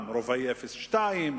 רובאי 02,